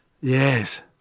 Yes